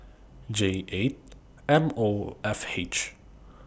J eight M O F H